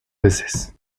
veces